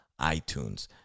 iTunes